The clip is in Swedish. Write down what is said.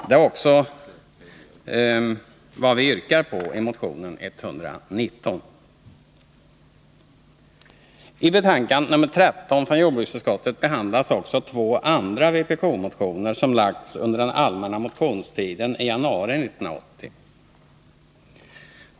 Det är också vad vi yrkar på i motionen 119. I betänkandet 13 behandlas också två andra vpk-motioner som väckts under den allmänna motionstiden i januari 1980.